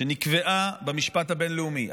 שנקבעה במשפט הבין-לאומי,